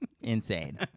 Insane